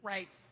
Right